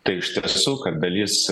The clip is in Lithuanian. tai iš tiesų kad dalis